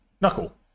Knuckle